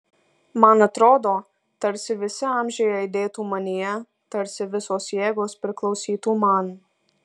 man atrodo tarsi visi amžiai aidėtų manyje tarsi visos jėgos priklausytų man